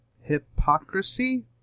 Hypocrisy